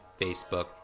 Facebook